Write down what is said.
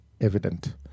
evident